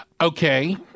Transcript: Okay